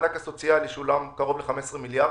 המענק הסוציאלי שולמו קרוב ל-15 מיליארד.